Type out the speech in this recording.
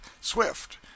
swift